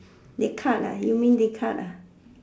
they cut ah you mean they cut ah